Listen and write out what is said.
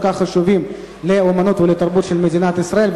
כך חשובים לאמנות ולתרבות של מדינת ישראל,